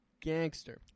gangster